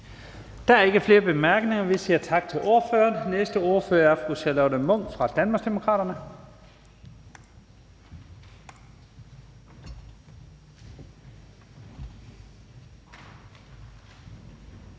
Der er ikke flere korte bemærkninger. Vi siger tak til ordføreren. Næste ordfører er fru Charlotte Munch fra Danmarksdemokraterne.